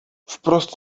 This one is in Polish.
wprost